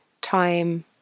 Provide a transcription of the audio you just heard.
time